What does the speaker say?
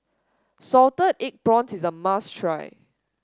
Salted Egg Prawns is a must try